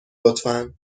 لطفا